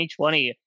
2020